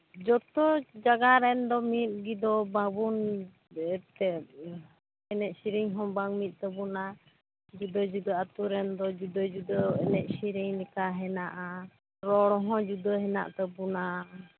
ᱡᱚᱛᱚ ᱡᱟᱭᱜᱟ ᱨᱮᱱᱫᱚ ᱢᱤᱫ ᱜᱮᱫᱚ ᱵᱟᱵᱚᱱ ᱮᱱᱮᱡ ᱥᱮᱨᱮᱧ ᱦᱚᱸ ᱵᱟᱝ ᱢᱤᱫ ᱛᱟᱵᱚᱱᱟ ᱡᱩᱫᱟᱹ ᱡᱩᱫᱟᱹ ᱟᱹᱛᱩ ᱨᱮᱱ ᱫᱚ ᱡᱩᱫᱟᱹ ᱡᱩᱫᱟᱹ ᱮᱱᱮᱡ ᱥᱮᱨᱮᱧ ᱞᱮᱠᱟ ᱦᱮᱱᱟᱜᱼᱟ ᱨᱚᱲ ᱦᱚᱸ ᱡᱩᱫᱟᱹ ᱦᱮᱱᱟᱜ ᱛᱟᱵᱚᱱᱟ